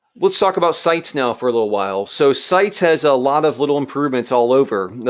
let's talk about sites now for a little while. so, sites has a lot of little improvements all over.